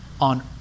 on